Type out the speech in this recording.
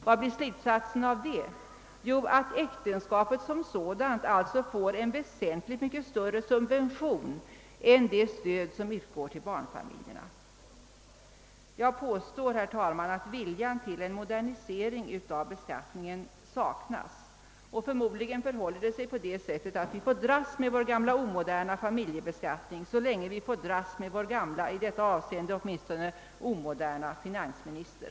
Vad blir slutsatsen av det? Jo, att äktenskapet som sådant alltså får en väsentligt mycket större subvention än det stöd som utgår till barnfamiljerna. Jag påstår därför att viljan till en modernisering av beskattningen saknas, och förmodligen förhåller det sig på det sättet att vi får dras med vår gamla omoderna familjebeskattning så länge vi får dras med vår gamle, i detta avseende omoderne finansminister.